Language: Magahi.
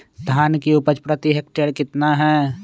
धान की उपज प्रति हेक्टेयर कितना है?